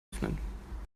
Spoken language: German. öffnen